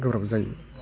गोब्राब जायो